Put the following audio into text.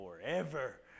forever